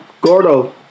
Gordo